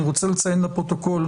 אני רוצה לציין לפרוטוקול,